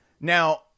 Now